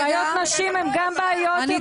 בעיות נשים הן גם בעיות אמיתיות.